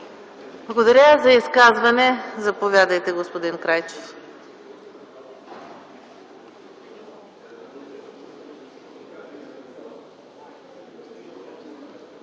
Благодаря. За изказване? Заповядайте, господин Крайчев.